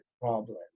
problem